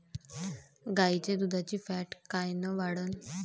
गाईच्या दुधाची फॅट कायन वाढन?